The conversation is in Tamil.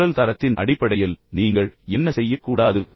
குரல் தரத்தின் அடிப்படையில் நீங்கள் என்ன செய்யக்கூடாது